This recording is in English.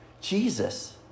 Jesus